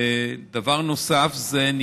לחתום,